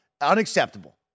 unacceptable